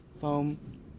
foam